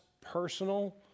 personal